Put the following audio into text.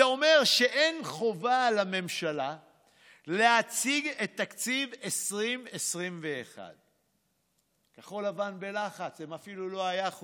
זה אומר שאין חובה על הממשלה להציג את תקציב 2021. כחול לבן בלחץ: אפילו לא היה להם נציג בוועדה,